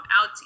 out